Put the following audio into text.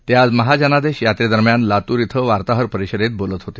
ते आज महाजनादेश यात्रेदरम्यान लातूर इथं वार्ताहरपरिषदेत बोलत होते